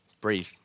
Breathe